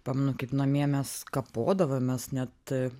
pamenu kaip namie mes kapodavomės net